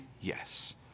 Yes